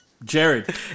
Jared